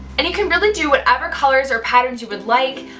and you can really do whatever colors or patterns you would like,